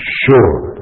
sure